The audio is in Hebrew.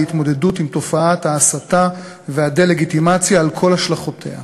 לבעיית הדה-לגיטימציה כלפי מדינת ישראל